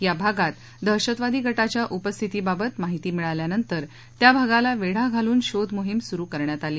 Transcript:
या भागात दहशतवादी गाव्या उपस्थितीबाबत माहिती मिळाल्यावर त्या भागाला वेढा घालून शोधमोहीम सुरू करण्यात आली